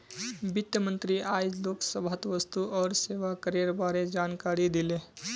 वित्त मंत्री आइज लोकसभात वस्तु और सेवा करेर बारे जानकारी दिले